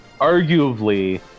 arguably